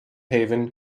haven